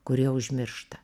kurie užmiršta